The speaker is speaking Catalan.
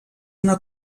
una